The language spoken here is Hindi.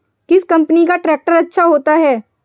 किस कंपनी का ट्रैक्टर अच्छा होता है?